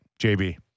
JB